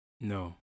No